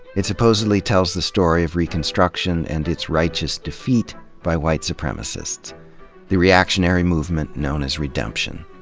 it supposedly tells the story of reconstruction and its righteous defeat by white supremacists the reactionary movement known as redemption.